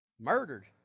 Murdered